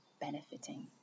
benefiting